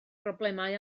broblemau